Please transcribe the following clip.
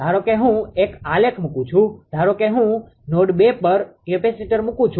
ધારો કે હું એક આલેખ મુકું છું ધારો કે હું નોડ 2 પર કેપેસીટર મુકું છું